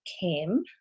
came